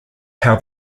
how